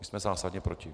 My jsme zásadně proti.